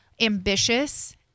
ambitious